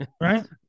Right